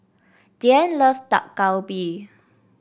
Diann loves Dak Galbi